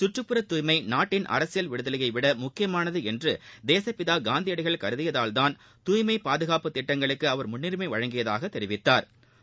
கற்றுப்புற துய்மை நாட்டின் அரசியல் விடுதலையைவிட முக்கியமானது என்று தேசப்பிதா காந்தியடிகள் கருதியதால்தான் தூய்மை பாதுகாப்பு திட்டங்களுக்கு அவர் முன்னுரிமை வழங்கியதாக தெரிவித்தாா்